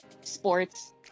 sports